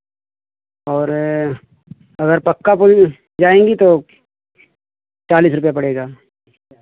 और अगर पक्का पुल जाएंगी तो चालीस रुपैया पड़ेगा